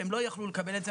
שהם לא יכלו לקבל את זה,